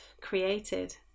created